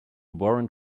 warrant